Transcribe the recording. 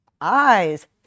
eyes